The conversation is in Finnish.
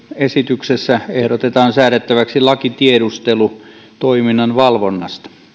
esityksessä ehdotetaan säädettäväksi laki tiedustelutoiminnan valvonnasta tiedustelutoiminnan parlamentaarista valvontaa